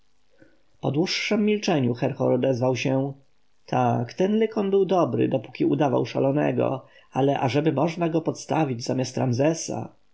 po dłuższem milczeniu herhor odezwał się tak ten lykon był dobry dopóki udawał szalonego ale ażeby można go podstawić zamiast ramzesa